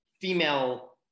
female